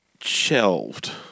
shelved